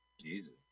Jesus